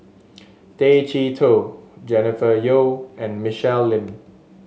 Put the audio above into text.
Tay Chee Toh Jennifer Yeo and Michelle Lim